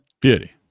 beauty